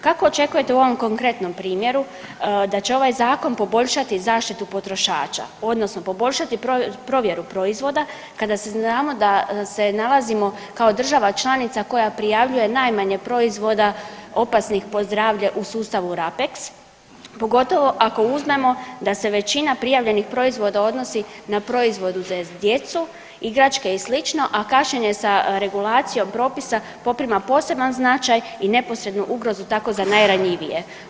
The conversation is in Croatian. Kako očekujete u ovom konkretnom primjeru da će ovaj Zakon poboljšati zaštitu potrošača, odnosno poboljšati provjeru proizvoda kada znamo da se nalazimo kao država članica koja prijavljuje najmanje proizvoda opasnih po zdravlje u sustavu Rapeks, pogotovo ako uzmemo da se većina prijavljenih proizvoda odnosi na proizvode za djecu, igračke i sl., a kašnjenje sa regulacijom propisa poprima poseban značaj i neposrednu ugrozu tako za najranjivije.